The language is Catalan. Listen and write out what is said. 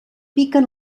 piquen